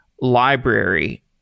library